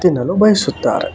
ತಿನ್ನಲು ಬಯಸುತ್ತಾರೆ